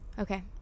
Okay